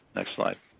next slide.